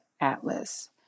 Atlas